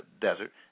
Desert